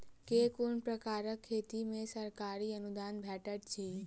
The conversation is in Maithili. केँ कुन प्रकारक खेती मे सरकारी अनुदान भेटैत अछि?